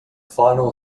final